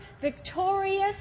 victorious